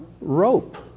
rope